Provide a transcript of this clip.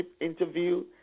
interview